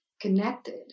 connected